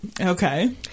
okay